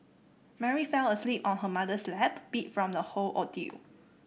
Mary fell asleep on her mother's lap beat from the whole ordeal